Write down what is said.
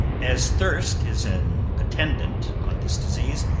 as thirst is an attendant on this disease,